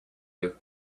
you